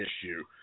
issue